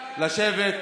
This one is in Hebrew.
לשבת.